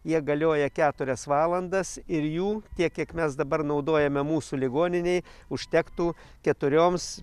jie galioja keturias valandas ir jų tiek kiek mes dabar naudojame mūsų ligoninei užtektų keturioms